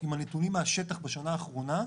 עם הנתונים מהשטח בשנה האחרונה,